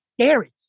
scary